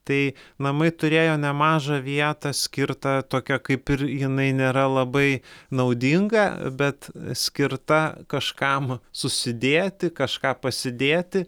tai namai turėjo nemažą vietą skirtą tokią kaip ir jinai nėra labai naudinga bet skirta kažkam susidėti kažką pasidėti